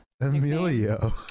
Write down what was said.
Emilio